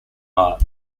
heart